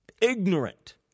ignorant